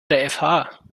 der